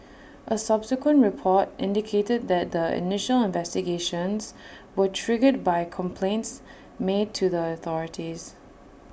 A subsequent report indicated that the initial investigations were triggered by complaints made to the authorities